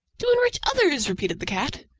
to enrich others! repeated the cat.